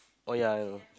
oh ya I know